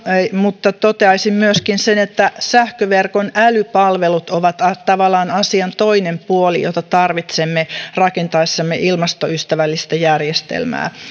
mutta toteaisin myöskin sen että sähköverkon älypalvelut ovat tavallaan asian toinen puoli jota tarvitsemme rakentaessamme ilmastoystävällistä järjestelmää